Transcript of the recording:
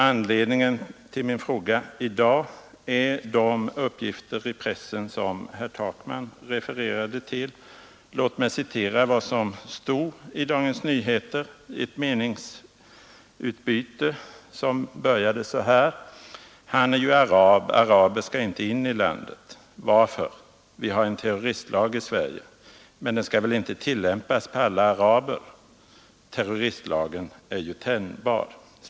Anledningen till min fråga i dag är de uppgifter i pressen som herr Takman refererade till. Låt mig citera vad som stod i Dagens Nyheter om ett meningsutbyte som började så här: ”——— han är ju arab, araber skall inte in i landet! — Varför? — Vi har en terroristlag i Sverige. — Men den skall väl inte tillämpas på alla araber? — Terroristlagen är ju tänjbar!